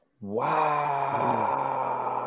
Wow